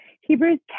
Hebrews